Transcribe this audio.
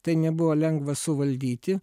tai nebuvo lengva suvaldyti